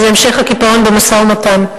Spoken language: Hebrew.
המשך הקיפאון במשא-ומתן.